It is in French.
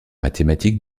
mathématique